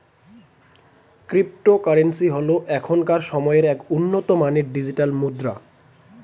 cryptocurrency হল এখনকার সময়ের এক উন্নত মানের ডিজিটাল মুদ্রা